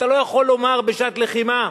אתה לא יכול לומר בשעת לחימה,